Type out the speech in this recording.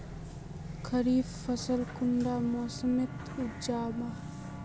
खरीफ फसल कुंडा मोसमोत उपजाम?